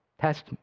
test